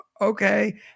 okay